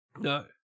No